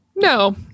No